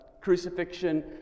crucifixion